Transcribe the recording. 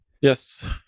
Yes